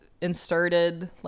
inserted